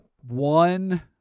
one